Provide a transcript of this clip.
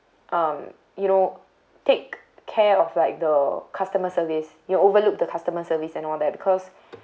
um you know take care of like the customer service you k~ overlook the customer service and all that because